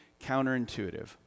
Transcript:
counterintuitive